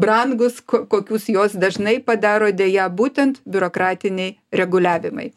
brangūs ko kokius juos dažnai padaro deja būtent biurokratiniai reguliavimai